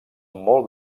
molt